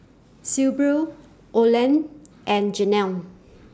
Sibyl Olen and Janel